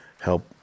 help